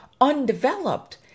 undeveloped